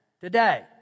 Today